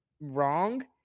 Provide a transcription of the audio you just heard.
wrong